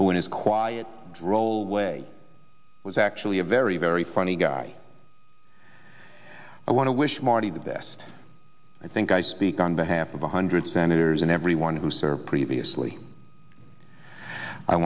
his quiet droll way was actually a very very funny guy i want to wish marty the best i think i speak on behalf of one hundred senators and everyone who served previously i